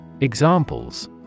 Examples